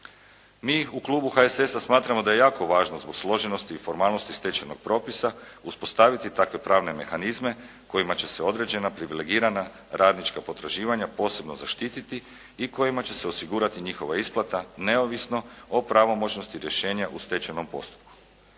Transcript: Mi u klubu HSS-a smatramo da je jako važno zbog složenosti i formalnosti stečenog propisa uspostaviti takve pravne mehanizme kojima će se određena privilegirana radnička potraživanja posebno zaštititi i kojima će se osigurati njihova isplata neovisno o pravomoćnosti rješenja u stečajnom postupku.